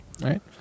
right